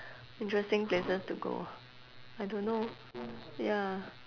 interesting places to go I don't know ya